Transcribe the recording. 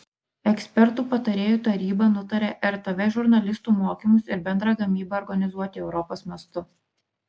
ekspertų patarėjų taryba nutarė rtv žurnalistų mokymus ir bendrą gamybą organizuoti europos mastu